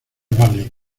vale